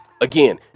Again